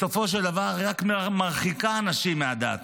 בסופו של דבר זה רק מרחיק אנשים מהדת,